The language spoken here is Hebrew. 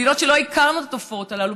מדינות שלא הכרנו בהן את התופעות הללו.